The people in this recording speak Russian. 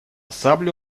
саблю